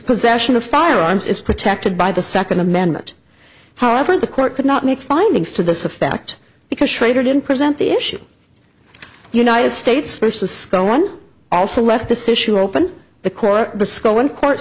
possession of firearms is protected by the second amendment however the court could not make findings to this effect because schrader didn't present the issue united states versus sky one also left th